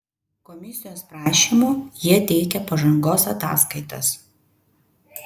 komisijos prašymu jie teikia pažangos ataskaitas